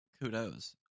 kudos